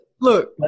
look